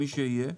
מי שיהיה,